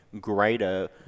greater